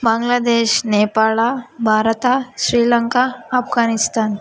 Bangladesh Nepal Bharat Sri Lanka Afghanistan